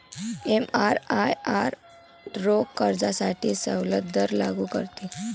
एमआरआयआर रोख कर्जासाठी सवलत दर लागू करते